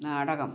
നാടകം